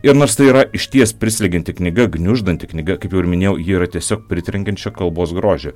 ir nors tai yra išties prislegianti knyga gniuždanti knyga kaip jau ir minėjau yra tiesiog pritrenkiančio kalbos grožio